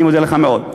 אני מודה לך מאוד.